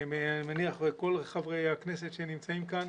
ומניח שכמו כל חברי הכנסת שנמצאים כאן,